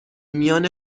میان